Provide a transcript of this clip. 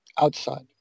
outside